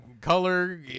Color